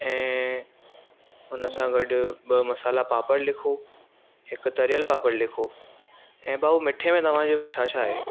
ऐ हुन सां गॾु ॿ मसाला पापड़ लिखो हिकु तरयल पापड़ लिखो ऐं भाउ मिठे में तव्हांजे वटि छा छा आहे